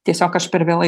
tiesiog aš per vėlai